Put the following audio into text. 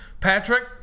Patrick